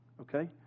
Okay